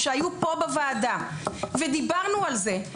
כשהיינו פה בוועדה ודיברנו על זה,